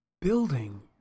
building